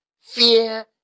Fear